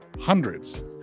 hundreds